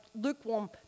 lukewarm